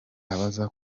abaza